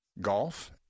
Golf